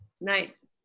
Nice